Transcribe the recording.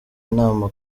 inama